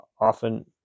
often